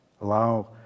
Allow